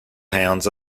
hounds